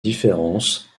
différence